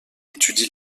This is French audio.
étudie